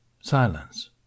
Silence